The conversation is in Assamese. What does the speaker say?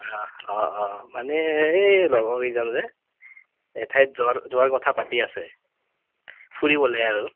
অঁ অঁ অঁ মানে এই ল'গৰকেইজন যে এঠাইত যোৱাৰ যোৱাৰ কথা পাতি আছে ফুৰিবলৈ আৰু